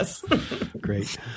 Great